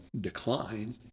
decline